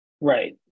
Right